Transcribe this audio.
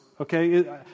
okay